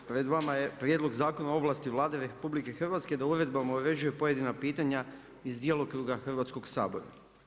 Pred vama je Prijedlog zakona o ovlasti Vlade RH da uredbama uređuje pojedina pitanja iz djelokruga Hrvatskog sabora.